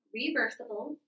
reversible